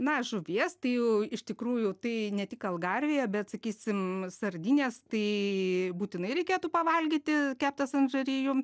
na žuvies tai jau iš tikrųjų tai ne tik algarijoje bet sakysim sardines tai būtinai reikėtų pavalgyti keptas ant žarijų